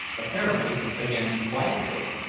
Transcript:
apparently against leithcourt,